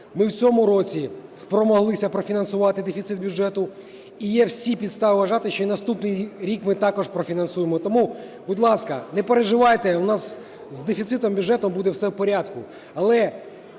Ми в цьому році спромоглися профінансувати дефіцит бюджету, і є всі підстави вважати, що і наступний рік ми також профінансуємо. Тому, будь ласка, не переживайте, у нас з дефіцитом бюджету буде все в порядку.